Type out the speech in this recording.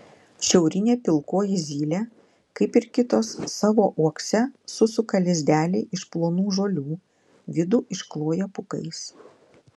šiaurinė pilkoji zylė kaip ir kitos savo uokse susuka lizdelį iš plonų žolių vidų iškloja pūkais